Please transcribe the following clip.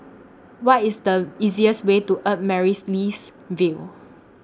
What IS The easiest Way to Amaryllis Ville